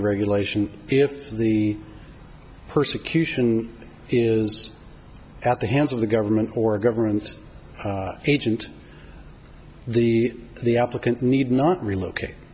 the regulation if the persecution is at the hands of the government or a government agent the the applicant need not relocate